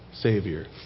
Savior